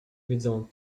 widzą